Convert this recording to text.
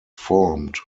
formed